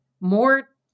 more